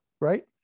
right